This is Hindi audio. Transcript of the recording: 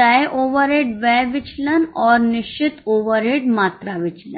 तय ओवरहेड व्यय विचलन और निश्चित ओवरहेड मात्रा विचलन